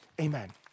Amen